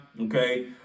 Okay